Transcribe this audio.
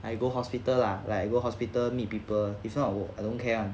I go hospital lah like I go hospital meet people if not I'll I don't care [one]